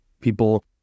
People